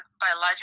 biological